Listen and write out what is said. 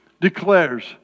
declares